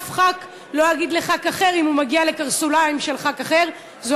שאף חבר כנסת לא יגיד לחבר כנסת אחר אם